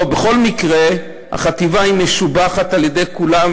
בכל מקרה, החטיבה משובחת על-ידי כולם.